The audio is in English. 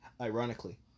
Ironically